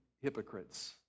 hypocrites